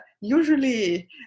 usually